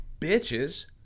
bitches